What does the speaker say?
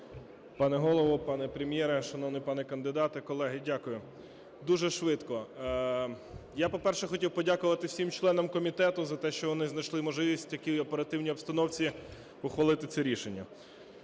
Пане Голово, пане Прем’єре, шановний пане кандидате, колеги, дякую. Дуже швидко. Я, по-перше, хотів подякувати всім членам комітету за те, що вони знайшли можливість в такій оперативній обстановці ухвалити це рішення.